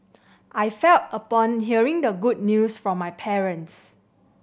I felt upon hearing the good news from my parents